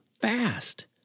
fast